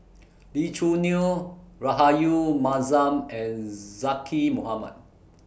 Lee Choo Neo Rahayu Mahzam and Zaqy Mohamad